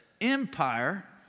empire